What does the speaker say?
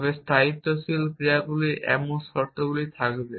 তবে স্থায়িত্বশীল ক্রিয়াগুলির এমন শর্তগুলি থাকবে